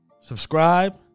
subscribe